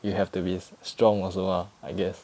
you have to be strong also ah I guess